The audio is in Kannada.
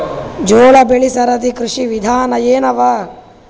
ಜೋಳ ಬೆಳಿ ಸರದಿ ಕೃಷಿ ವಿಧಾನ ಎನವ?